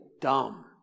dumb